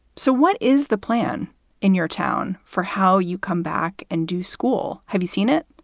so what is the plan in your town for how you come back and do school? have you seen it?